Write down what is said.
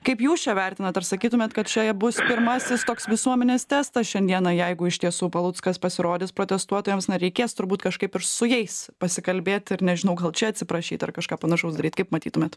kaip jūs čia vertinat ar sakytumėt kad čia bus pirmasis toks visuomenės testas šiandieną jeigu iš tiesų paluckas pasirodys protestuotojams na reikės turbūt kažkaip ir su jais pasikalbėt ir nežinau gal čia atsiprašyt ar kažką panašaus daryt kaip matytumėt